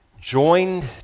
joined